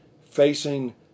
facing